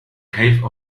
cave